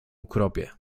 ukropie